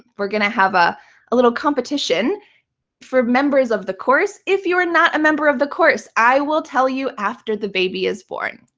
we're going to have ah a little competition for members of the course. if you are not a member of the course, i will tell you after the baby is born.